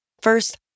First